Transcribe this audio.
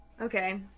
Okay